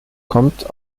kommt